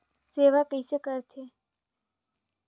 सेवा कइसे करथे?